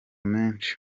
menshi